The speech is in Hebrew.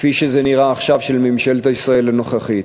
כפי שזה נראה עכשיו, של ממשלת ישראל הנוכחית.